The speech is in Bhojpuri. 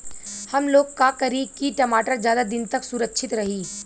हमलोग का करी की टमाटर ज्यादा दिन तक सुरक्षित रही?